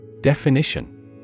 Definition